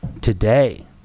today